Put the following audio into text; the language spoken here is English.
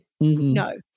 no